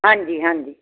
ਹਾਂਜੀ ਹਾਂਜੀ